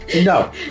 No